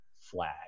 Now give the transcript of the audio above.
flag